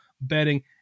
betting